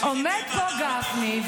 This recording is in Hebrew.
ואז עומד פה גפני,